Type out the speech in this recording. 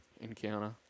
encounter